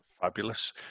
Fabulous